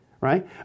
right